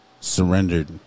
surrendered